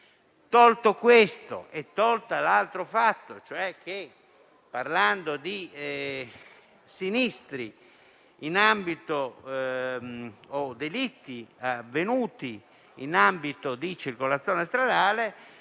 Tolto questo e tolto l'altro fatto, cioè che si parlava di sinistri o delitti avvenuti in ambito di circolazione stradale,